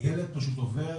הילד פשוט עובר,